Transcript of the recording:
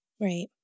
right